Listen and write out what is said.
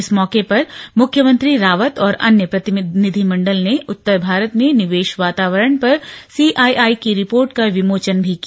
इस मौके पर मुख्यमंत्री रावत और अन्य प्रतिनिधिमण्डल ने उत्तर भारत में निवेश वातावरण पर सीआईआई की रिर्पोट का विमोचन भी किया